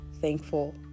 thankful